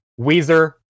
Weezer